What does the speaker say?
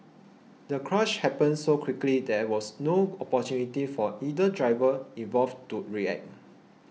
the crash happened so quickly there was no opportunity for either driver involved to react